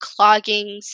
cloggings